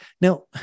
Now